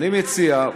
אני מציע: